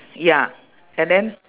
ya and then